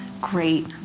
great